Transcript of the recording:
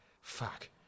Fuck